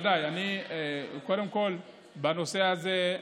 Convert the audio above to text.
קודם כול, בנושא הזה,